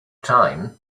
time